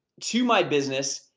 to my business,